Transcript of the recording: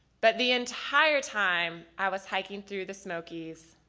but the entire time i was hiking through the smokey's,